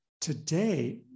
today